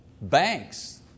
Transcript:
Banks